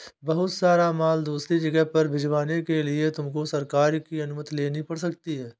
बहुत सारा माल दूसरी जगह पर भिजवाने के लिए तुमको सरकार की अनुमति लेनी पड़ सकती है